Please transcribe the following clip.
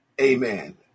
Amen